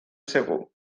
segur